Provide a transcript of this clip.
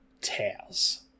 Tails